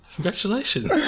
Congratulations